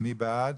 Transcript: מי בעד?